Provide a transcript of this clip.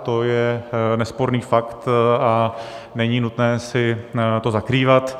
To je nesporný fakt a není nutné si to zakrývat.